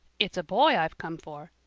it's a boy i've come for.